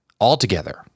altogether